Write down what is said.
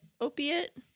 Opiate